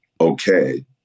okay